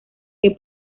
que